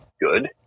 good